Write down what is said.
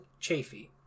Chafee